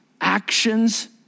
actions